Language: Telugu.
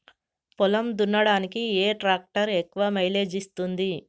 పొలం దున్నడానికి ఏ ట్రాక్టర్ ఎక్కువ మైలేజ్ ఇస్తుంది?